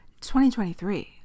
2023